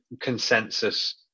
consensus